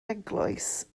eglwys